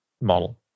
model